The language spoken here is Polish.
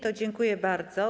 To dziękuję bardzo.